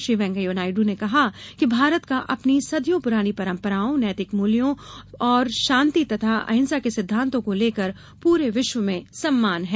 श्री वेंकैया नायडू ने कहा कि भारत का अपनी सदियों पुरानी परम्पराओं नैतिक मूल्यों और तथा शांति और अहिंसा के सिद्दांतों को लेकर पूरे विश्व में सम्मान है